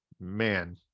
man